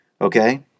Okay